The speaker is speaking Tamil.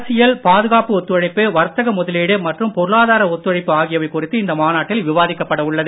அரசியல் பாதுகாப்பு ஒத்துழைப்பு வர்த்தக முதலீடு மற்றும் பொருளாதார ஒத்துழைப்பு ஆகியவை குறித்து இந்த மாநாட்டில் விவாதிக்கப்பட உள்ளது